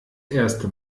erste